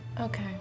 Okay